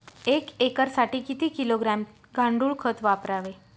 एक एकरसाठी किती किलोग्रॅम गांडूळ खत वापरावे?